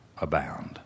abound